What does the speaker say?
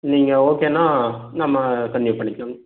நீங்கள் ஓகேன்னா நம்ம கன்டினியூ பண்ணிக்கலாம்ண்ணா